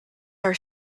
are